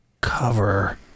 cover